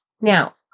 Now